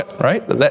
Right